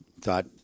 thought